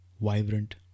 vibrant